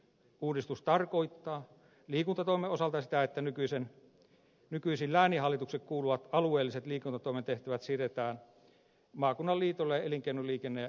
uudistus tarkoittaa liikuntatoimen osalta sitä että nykyisin lääninhallituksille kuuluvat alueelliset liikuntatoimen tehtävät siirretään maakunnan liitoille ja elinkeino liikenne ja ympäristökeskuksille